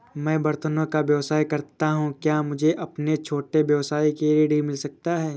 मैं बर्तनों का व्यवसाय करता हूँ क्या मुझे अपने छोटे व्यवसाय के लिए ऋण मिल सकता है?